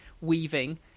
weaving